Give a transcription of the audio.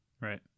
Right